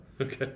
Okay